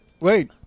Wait